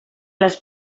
les